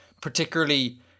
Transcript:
particularly